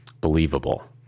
believable